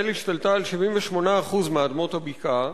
ישראל השתלטה על 78% מאדמות הבקעה.